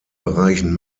bereichen